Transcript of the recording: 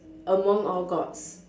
among all gods